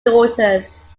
daughters